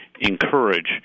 encourage